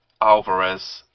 Alvarez